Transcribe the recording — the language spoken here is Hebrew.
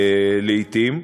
לעתים.